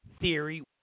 theory